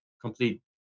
complete